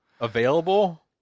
available